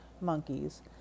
monkeys